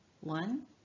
One